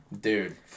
Dude